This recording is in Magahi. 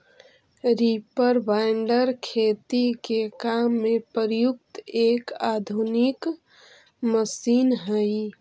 रीपर बाइन्डर खेती के काम में प्रयुक्त एक आधुनिक मशीन हई